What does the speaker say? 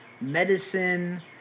medicine